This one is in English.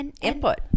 input